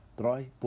dry